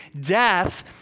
death